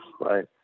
right